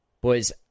boys